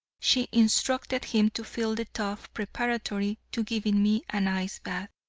she instructed him to fill the tub preparatory to giving me an ice bath.